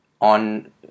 on